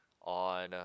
on